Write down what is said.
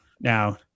now